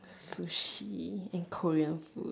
Sushi in Korean food